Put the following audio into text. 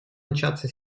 начаться